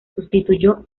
sustituyó